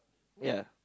ya